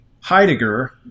Heidegger